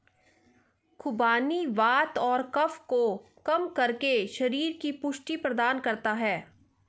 खुबानी वात और कफ को कम करके शरीर को पुष्टि प्रदान करता है